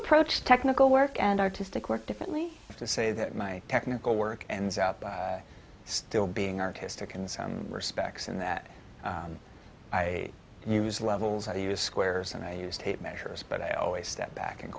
approach technical work and artistic work differently to say that my technical work and is out but still being artistic in some respects in that i use levels i use squares and i use tape measures but i always step back and